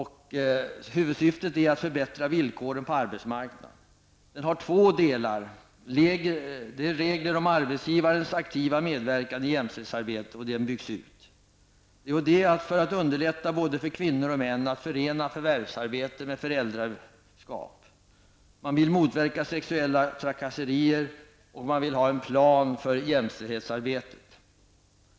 Huvudsyftet är att förbättra villkoren på arbetsmarknaden. Det finns två delar. Det gäller regler om arbetsgivarens aktiva medverkan i jämställdhetsarbetet. Här blir det en utbyggnad. Avsikten är att underlätta för både kvinnor och män att förena förvärvsarbete med föräldraskap. Man vill motverka sexuella trakasserier, och man vill ha en plan för jämställdhetsarbetet.